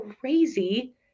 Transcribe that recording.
crazy